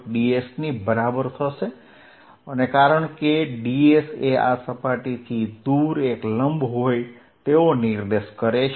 ds ની બરાબર બનશે કારણ કે ds એ આ સપાટીથી દૂર એક લંબ હોય તેવો નિર્દેશ કરે છે